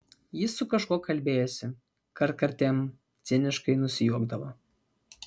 ji su kažkuo kalbėjosi kartkartėm ciniškai nusijuokdavo